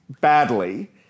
badly